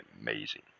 amazing